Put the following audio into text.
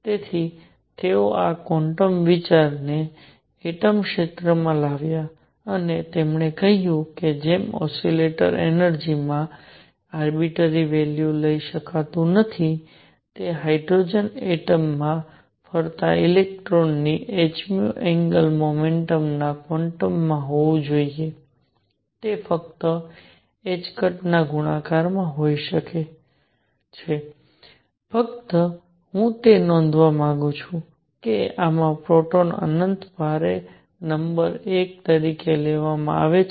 તેથી તેઓ આ ક્વોન્ટમ વિચારને એટમ ક્ષેત્રમાં લાવ્યા અને તેમણે કહ્યું કે જેમ ઓસિલેટર એનર્જિ માં આરબીટ્ર્રરી વેલ્યુ લઈ શકતું નથી તે હાઇડ્રોજન એટમ માં ફરતા ઇલેક્ટ્રોનની h એંગ્યુલર મોમેન્ટમ ના ક્વોન્ટમાં હોવું જોઈએ તે ફક્ત ના ગુણાકારમાં હોઈ શકે છે ફક્ત હું નોંધવા માંગુ છું કે આમાં પ્રોટોનને અનંત ભારે નંબર 1 તરીકે લેવામાં આવે છે